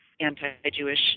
anti-Jewish